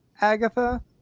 Agatha